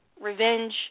Revenge